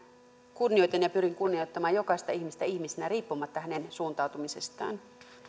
kunnioitan ja pyrin kunnioittamaan jokaista ihmistä ihmisenä riippumatta hänen suuntautumisestaan